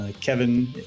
kevin